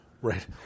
Right